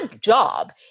job